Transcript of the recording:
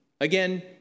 Again